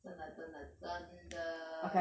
真的真的真的